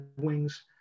Wings